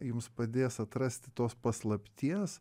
jums padės atrasti tos paslapties